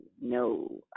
no